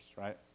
right